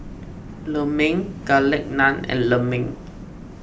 Lemang Garlic Naan and Lemang